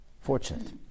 fortunate